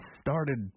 started